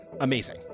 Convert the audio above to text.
amazing